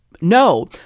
no